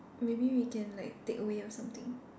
maybe we can like takeaway or something